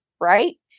right